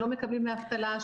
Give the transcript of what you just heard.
שלא מקבלים דמי אבטלה,